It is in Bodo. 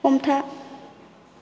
हमथा